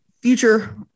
future